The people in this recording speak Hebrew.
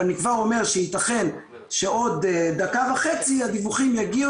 ואני כבר אומר שייתכן שעוד דקה וחצי הדיווחים יגיעו